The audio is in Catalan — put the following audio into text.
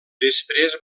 després